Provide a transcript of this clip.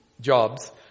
jobs